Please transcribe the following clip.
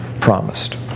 promised